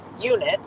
unit